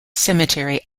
cemetery